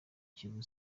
kivu